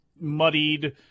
muddied